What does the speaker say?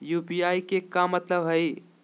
UPI के का मतलब हई?